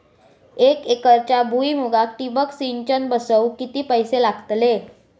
एक एकरच्या भुईमुगाक ठिबक सिंचन बसवूक किती पैशे लागतले?